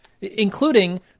including